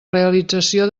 realització